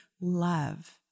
love